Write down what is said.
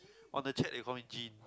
on the chat you call me Jean